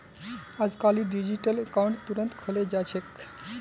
अजकालित digital account तुरंत खुले जा छेक